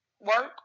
Work